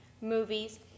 movies